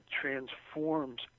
transforms